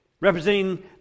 representing